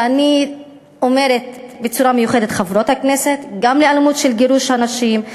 ואני אומרת בצורה מיוחדת "חברות הכנסת" גם לאלימות של גירוש נשים,